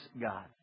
God